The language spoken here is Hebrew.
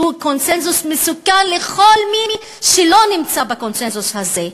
קונסנזוס מסוכן לכל מי שלא נמצא בקונסנזוס הזה,